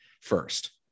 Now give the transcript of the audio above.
first